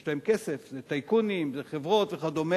יש להם כסף, זה טייקונים, זה חברות וכדומה,